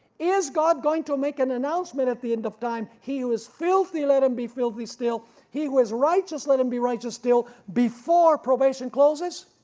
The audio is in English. is god going to make an announcement at the end of time, he who is filthy let him be filthy still he who is righteous let him be righteous still before probation closes.